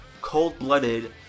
Cold-blooded